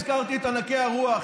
הזכרתי את ענקי הרוח,